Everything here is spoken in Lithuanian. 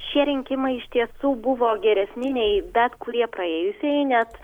šie rinkimai iš tiesų buvo geresni nei bet kurie praėjusieji net